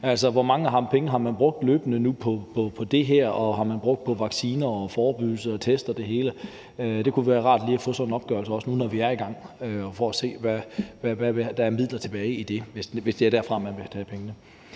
Altså, hvor mange penge har man brugt løbende nu på det her og på vacciner og på forebyggelse og test og det hele? Det kunne være rart lige at få sådan en opgørelse nu, når vi er i gang, for at se, hvad der er tilbage af midler, hvis det er derfra, man vil tage pengene.